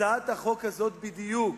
הצעת החוק הזאת בדיוק